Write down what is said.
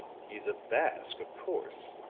he's a basque, of course.